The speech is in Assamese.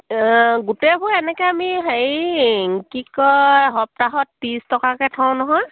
গোটেইবোৰ এনেকৈ আমি হেৰি কি কয় সপ্তাহত ত্ৰিছ টকাকৈ থওঁ নহয়